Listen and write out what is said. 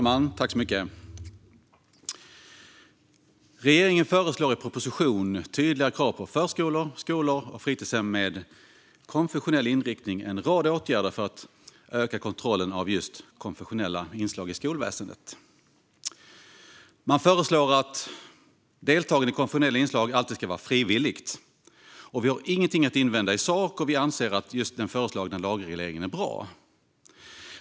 Fru talman! Regeringen föreslår i propositionen om tydligare krav på förskolor, skolor och fritidshem med konfessionell inriktning en rad åtgärder för att öka kontrollen av just konfessionella inslag i skolväsendet. Man föreslår att deltagande i konfessionella inslag alltid ska vara frivilligt. Sverigedemokraterna har inget att invända i sak och anser att den föreslagna lagregleringen är bra.